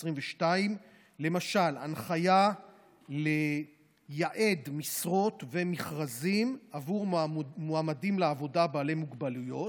למשל: הנחיה לייעד משרות ומכרזים עבור מועמדים לעבודה בעלי מוגבלויות.